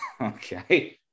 Okay